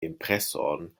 impreson